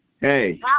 hey